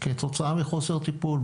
כתוצאה מחוסר טיפול,